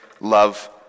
love